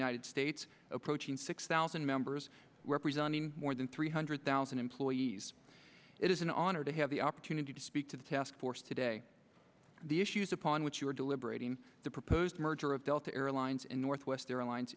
united states approaching six thousand members representing more than three hundred thousand employees it is an honor to have the opportunity to speak to the task force today the issues upon which you are deliberating the proposed merger of delta airlines and northwest airlines